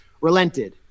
relented